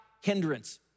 hindrance